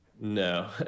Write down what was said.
no